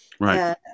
Right